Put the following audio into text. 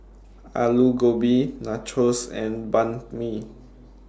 Alu Gobi Nachos and Banh MI